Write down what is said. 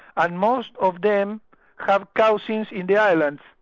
and most of them have cousins in the islands.